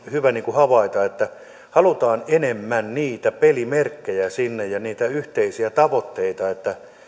hyvä havaita että halutaan enemmän pelimerkkejä ja yhteisiä tavoitteita siihen